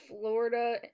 Florida